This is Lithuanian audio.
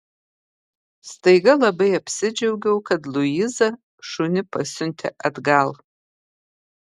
staiga labai apsidžiaugiau kad luiza šunį pasiuntė atgal